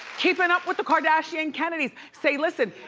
keeping up with the kardashian-kennedys, say listen.